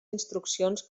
instruccions